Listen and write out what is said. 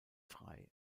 frei